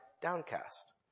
downcast